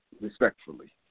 respectfully